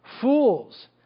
fools